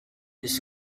this